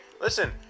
Listen